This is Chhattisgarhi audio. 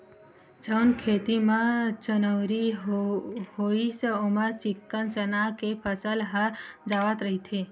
जउन खेत म चनउरी होइस ओमा चिक्कन चना के फसल ह जावत रहिथे